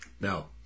No